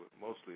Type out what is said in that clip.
mostly